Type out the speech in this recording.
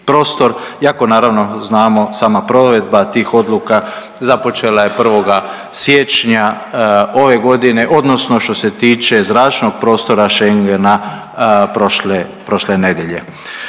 iako naravno znamo sama provedba tih odluka započela je 1. siječnja ove godine odnosno što se tiče zračnog prostora Schengena prošle, prošle